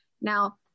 Now